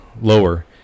lower